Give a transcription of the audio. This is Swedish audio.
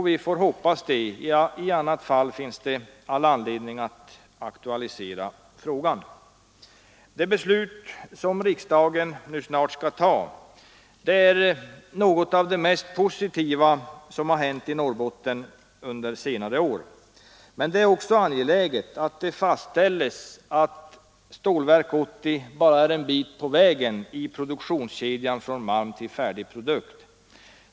Vi hoppas det; i annat fall finns det all anledning att åter aktualisera frågan. Det beslut som kammaren snart skall fatta innebär något av det mest positiva som hänt Norrbotten under senare år. Men det är också angeläget att det fastställes att Stålverk 80 bara är en bit på vägen i produktionskedjan från malm till färdig produkt.